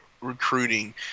recruiting